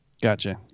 Gotcha